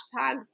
hashtags